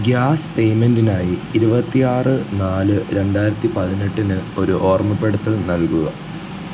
gas പേയ്മെൻറ്റിനായി ഇരുപത്തിയാറ് നാല് രണ്ടായിരത്തി പതിനെട്ടിന് ഒരു ഓർമ്മപ്പെടുത്തൽ നൽകുക